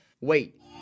Wait